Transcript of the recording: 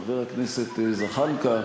חבר הכנסת זחאלקה,